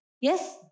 Yes